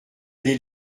les